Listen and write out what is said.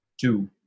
two